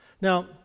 Now